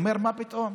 והוא אומר: מה פתאום,